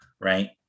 right